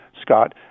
Scott